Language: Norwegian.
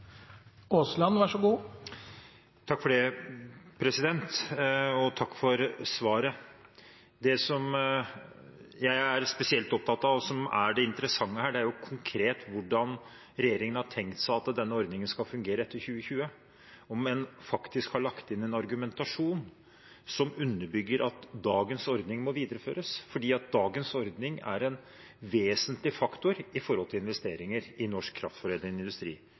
Takk for svaret. Det jeg er spesielt opptatt av, og som er det interessante her, er konkret hvordan regjeringen har tenkt seg at denne ordningen skal fungere etter 2020 – om man faktisk har lagt inn en argumentasjon som underbygger at dagens ordning må videreføres, for dagens ordning er en vesentlig faktor for investeringer i norsk kraftforedlende industri.